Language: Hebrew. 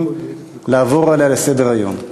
יכולים לעבור עליה לסדר-היום.